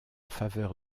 faveur